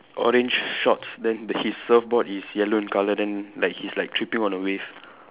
orange shorts then the his surfboard is yellow in colour then like he's like tripping on the wave